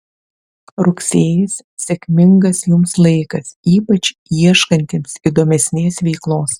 rugsėjis sėkmingas jums laikas ypač ieškantiems įdomesnės veiklos